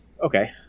okay